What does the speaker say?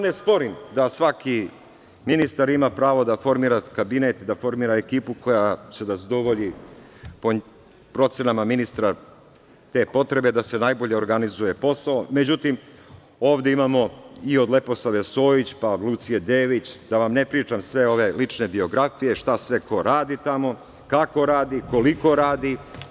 Ne sporim da svaki ministar ima pravo da formira kabinet, da formira ekipu koja će da zadovolji po procenama ministra te potrebe, da se najbolje organizuje posao, međutim, ovde imamo i od Leposave Sojić, pa od Lucije Dević, da vam ne pričam ove lične biografije, šta sve ko radi tamo, kako radi, koliko radi.